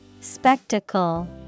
Spectacle